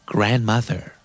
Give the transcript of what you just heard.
Grandmother